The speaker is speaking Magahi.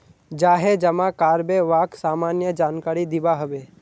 जाहें जमा कारबे वाक सामान्य जानकारी दिबा हबे